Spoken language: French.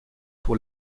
pour